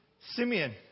Simeon